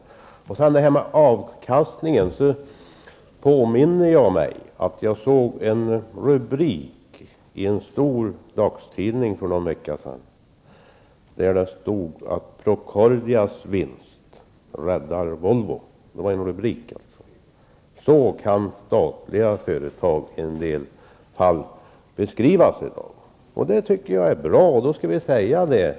När det sedan gäller detta med avkastningen påminner jag mig att jag såg en rubrik i en stor dagstidning för någon vecka sedan där det stod att Procordias vinst räddar Volvo. Det var alltså en rubrik. Så kan statliga företag i en del fall beskrivas i dag. Det är bra och då skall vi säga det.